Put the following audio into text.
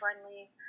friendly